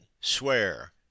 swear